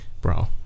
bro